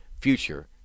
future